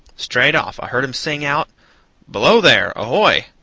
straight off i heard him sing out below there, ahoy!